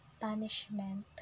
punishment